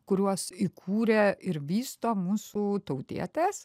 kuriuos įkūrė ir vysto mūsų tautietės